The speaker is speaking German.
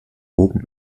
oben